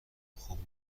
خوب